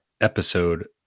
episode